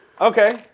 Okay